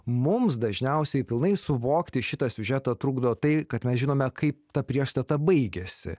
mums dažniausiai pilnai suvokti šitą siužetą trukdo tai kad mes žinome kaip ta priešstata baigėsi